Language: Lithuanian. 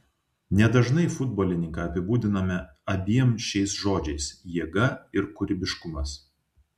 nedažnai futbolininką apibūdiname abiem šiais žodžiais jėga ir kūrybiškumas